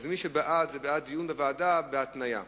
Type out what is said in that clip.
מי שבעד, בעד דיון בוועדה בהתניה.